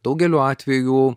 daugeliu atvejų